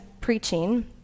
preaching